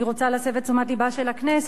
אני רוצה להסב את תשומת לבה של הכנסת,